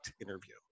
interview